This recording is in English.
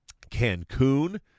Cancun